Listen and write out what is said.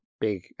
big